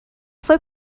fue